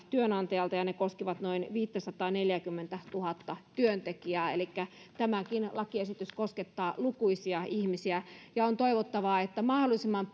työnantajalta ja ne koskivat noin viittäsataaneljääkymmentätuhatta työntekijää elikkä tämäkin lakiesitys koskettaa lukuisia ihmisiä on toivottavaa että mahdollisimman